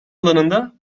alanında